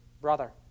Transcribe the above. brother